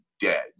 dead